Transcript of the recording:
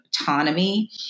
autonomy